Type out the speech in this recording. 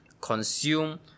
consume